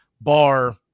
bar